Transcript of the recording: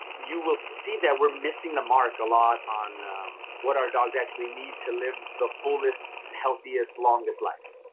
you will see that we're missing the mark a lot on what our dogs actually need to live the fullest, healthiest, longest life.